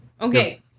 Okay